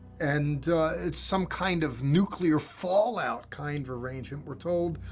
and it's some kind of nuclear fallout, kind of, arrangement. we're told,